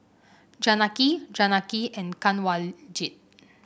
Janaki Janaki and Kanwaljit